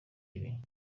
ibi